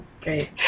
Great